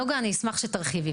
נגה, אני אשמח שתרחיבי.